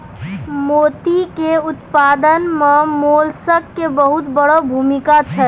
मोती के उपत्पादन मॅ मोलस्क के बहुत वड़ो भूमिका छै